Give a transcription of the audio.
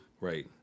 Right